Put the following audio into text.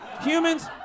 Humans